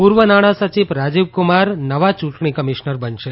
પુર્વ નાણા સચિવ રાજીવકુમાર નવા ચુંટણી કમિશ્નર બનશે